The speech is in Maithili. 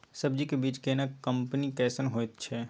सब्जी के बीज केना कंपनी कैसन होयत अछि?